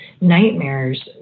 nightmares